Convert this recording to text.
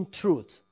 truth